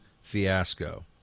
fiasco